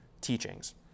teachings